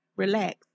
Relax